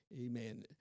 amen